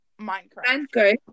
Minecraft